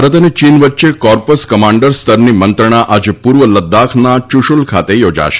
ભારત અને ચીન વચ્ચે કોપર્સ કમાન્ડર સ્તરની મંત્રણા આજે પૂર્વ લદ્દાખના ચુશુલ ખાતે યોજાશે